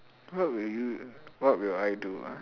what will you what will I do ah